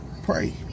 pray